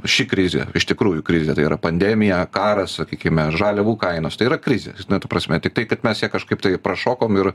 ši krizė iš tikrųjų krizė tai yra pandemija karas sakykime žaliavų kainos tai yra krizės na ta prasme tiktai kad mes ją kažkaip tai prašokom ir